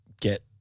get